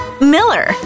Miller